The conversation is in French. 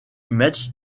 metz